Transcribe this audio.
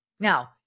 Now